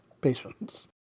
Patience